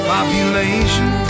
Population